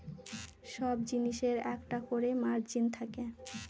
সব জিনিসের একটা করে মার্জিন থাকে